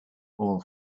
all